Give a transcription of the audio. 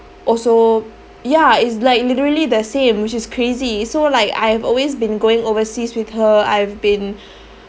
also ya it's like literally the same which is crazy so like I have always been going overseas with her I've been